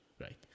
Right